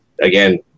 again